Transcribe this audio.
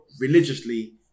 religiously